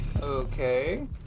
Okay